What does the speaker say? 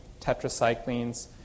tetracyclines